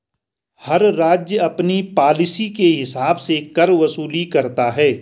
हर राज्य अपनी पॉलिसी के हिसाब से कर वसूली करता है